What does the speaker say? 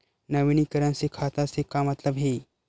नवीनीकरण से खाता से का मतलब हे?